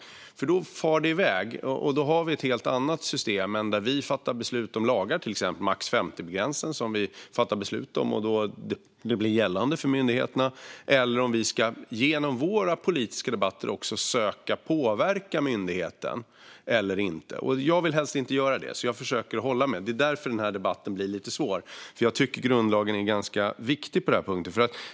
Då far det nämligen iväg, och då får vi ett helt annat system än det där vi fattar beslut om lagar som blir gällande för myndigheterna - till exempel gränsen på 50 personer, som vi fattade beslut om. Det handlar om huruvida vi genom våra politiska debatter ska söka påverka myndigheten eller inte, och jag vill helst inte göra det. Jag försöker därför hålla mig ifrån det. Det är därför den här debatten blir lite svår, för jag tycker att grundlagen är ganska viktig på den här punkten.